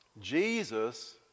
Jesus